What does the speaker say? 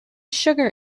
sugar